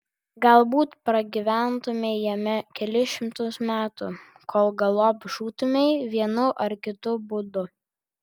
galbūt pragyventumei jame kelis šimtus metų kol galop žūtumei vienu ar kitu būdu